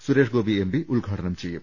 Suresh Gopi M P ഉദ്ഘാടനം ചെയ്യും